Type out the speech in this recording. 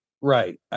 Right